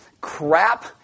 crap